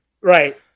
Right